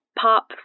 pop